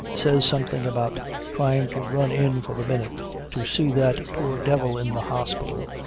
says something about trying to run in for a minute to see that poor devil in the hospital,